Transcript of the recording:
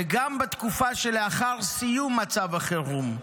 גם בתקופה שלאחר סיום מצב החירום.